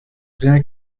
rien